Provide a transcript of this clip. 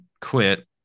quit